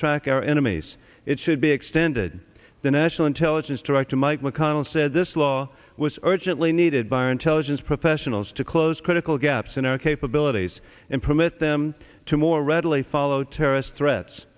track our enemies it should be extended the national intelligence director mike mcconnell said this law was urgently needed by our intelligence professionals to close critical gaps in our capabilities and permit them to more readily follow terrorist threats